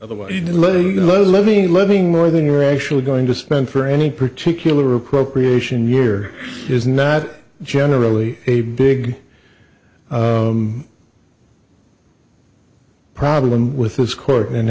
other what you did later you let me living more than you're actually going to spend for any particular appropriation year is not generally a big problem with this court and